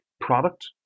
product